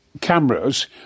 cameras